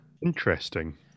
Interesting